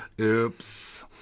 Oops